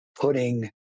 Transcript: putting